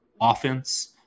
offense